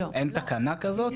אין תקנה כזאת,